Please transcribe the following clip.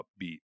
upbeat